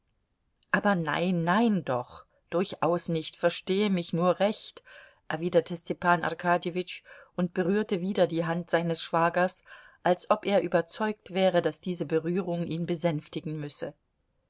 aber nein nein doch durchaus nicht verstehe mich nur recht erwiderte stepan arkadjewitsch und berührte wieder die hand seines schwagers als ob er überzeugt wäre daß diese berührung ihn besänftigen müsse